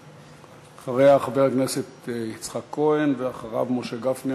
אחריה, חבר הכנסת יצחק כהן, ואחריו, משה גפני.